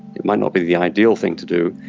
it might not be the ideal thing to do,